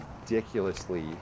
ridiculously